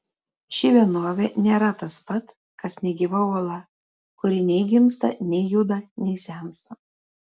ši vienovė nėra tas pat kas negyva uola kuri nei gimsta nei juda nei sensta